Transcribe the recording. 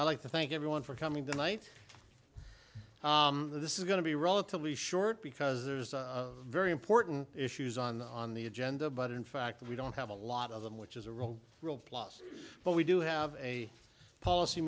i'd like to thank everyone for coming tonight this is going to be relatively short because there's a very important issues on the on the agenda but in fact we don't have a lot of them which is a real real plus but we do have a policy